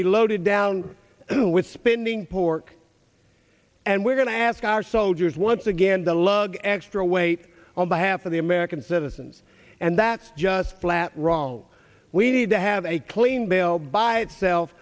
be loaded down with spending pork and we're going to ask our soldiers once again to lug extra weight on behalf of the american citizens and that's just flat wrong we need to have a clean bill by itself